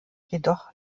jedoch